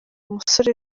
musore